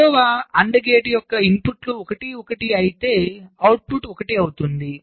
రెండు AND gate యొక్క ఇన్పుట్లు 11 అయితే అవుట్పుట్ 1 అవుతుంది